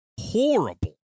horrible